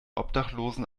obdachlosen